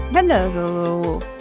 Hello